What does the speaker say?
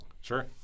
Sure